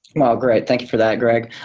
well, great. thank you for that, greg.